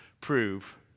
prove